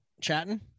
chatting